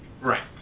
Right